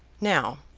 now,